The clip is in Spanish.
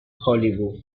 hollywood